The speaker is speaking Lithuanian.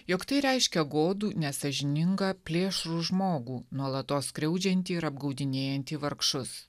jog tai reiškia godų nesąžiningą plėšrų žmogų nuolatos skriaudžiantį ir apgaudinėjantį vargšus